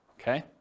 okay